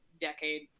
decade